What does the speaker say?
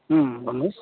अँ भन्नुहोस्